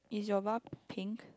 is your bar pink